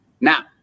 Now